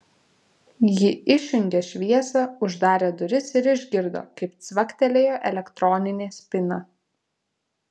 ji išjungė šviesą uždarė duris ir išgirdo kaip cvaktelėjo elektroninė spyna